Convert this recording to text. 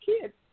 kids